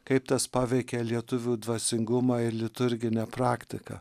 kaip tas paveikė lietuvių dvasingumą ir liturginę praktiką